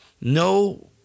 No